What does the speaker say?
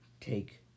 take